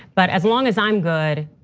but as long as i'm good,